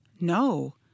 No